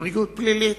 ופרקליטות פלילית,